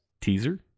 teaser